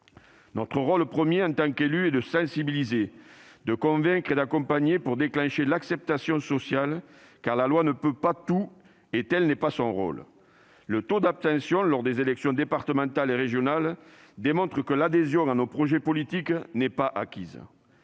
Notre rôle premier, en tant qu'élus, est de sensibiliser, de convaincre et d'accompagner pour déclencher l'acceptation sociale. La loi ne peut pas tout et tel n'est pas son rôle. Le taux d'abstention lors des élections départementales et régionales démontre que l'adhésion à nos projets politiques n'est pas acquise.